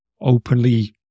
openly